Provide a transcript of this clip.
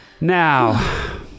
Now